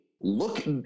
look